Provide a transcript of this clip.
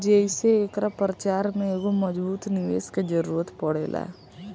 जेइसे एकरा प्रचार में एगो मजबूत निवेस के जरुरत पड़ेला